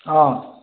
অঁ